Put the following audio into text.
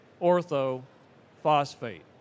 orthophosphate